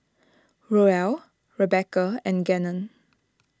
Roel Rebecca and Gannon